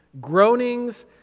Groanings